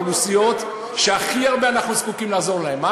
אלו האוכלוסיות שאנחנו צריכים לעזור להן הכי הרבה.